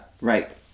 right